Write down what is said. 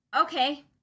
Okay